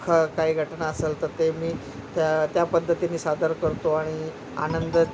ख काही घटना असेल तर ते मी त्या त्या पद्धतीनी सादर करतो आणि आनंद